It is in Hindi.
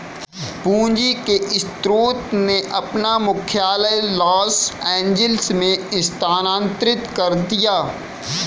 पूंजी के स्रोत ने अपना मुख्यालय लॉस एंजिल्स में स्थानांतरित कर दिया